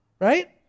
Right